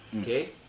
Okay